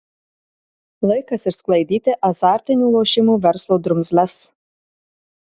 laikas išsklaidyti azartinių lošimų verslo drumzles